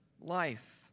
life